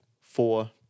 four